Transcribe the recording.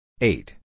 Eight